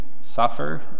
suffer